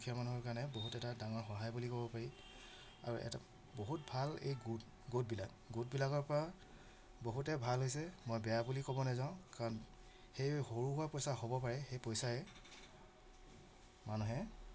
দুখীয়া মানুহৰ কাৰণে বহুত এটা ডাঙৰ সহায় বুলি ক'ব পাৰি আৰু এটা বহুত ভাল এই গোট গোটবিলাক গোটবিলাকৰপৰা বহুতে ভাল হৈছে মই বেয়া বুলি ক'ব নাযাওঁ কাৰণ সেই সৰুসুৰা পইচা হ'ব পাৰে সেই পইচাৰে মানুহে